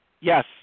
Yes